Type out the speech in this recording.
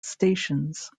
stations